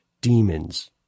demons